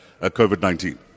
COVID-19